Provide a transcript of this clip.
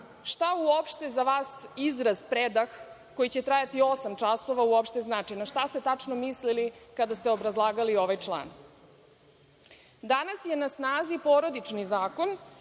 šta uopšte za vas izraz predah, koji će trajati osam časova, uopšte znači? Na šta ste tačno mislili kada ste obrazlagali ovaj član? Danas je na stani Porodični zakon,